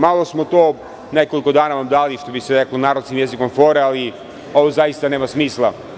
Malo smo to nekoliko dana vam dali, što bi se narodskim jezikom fore, ali ovo zaista nema smisla.